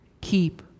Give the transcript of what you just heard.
Keep